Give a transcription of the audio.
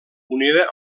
unida